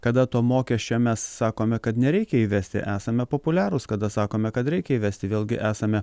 kada to mokesčio mes sakome kad nereikia įvesti esame populiarūs kada sakome kad reikia įvesti vėlgi esame